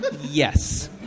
yes